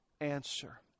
answer